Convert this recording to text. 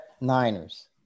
Niners